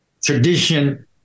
tradition